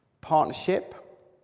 Partnership